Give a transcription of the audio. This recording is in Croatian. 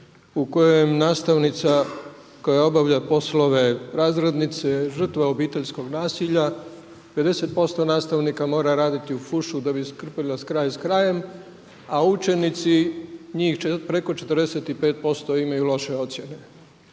u kojem nastavnica koja obavlja poslove razrednice žrtva je obiteljskog nasilja, 50% nastavnika mora raditi u fušu da bi skrpala kraj s krajem, a učenici njih preko 45% imaju loše ocjene.